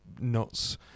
nuts